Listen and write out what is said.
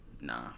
Nah